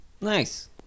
Nice